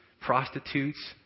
prostitutes